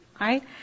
right